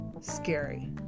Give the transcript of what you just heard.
scary